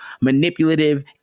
manipulative